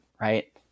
Right